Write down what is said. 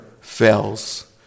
fails